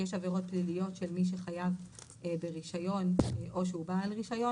יש עבירות פליליות של מי שחייב ברישיון או שהוא בעל רישיון.